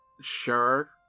sure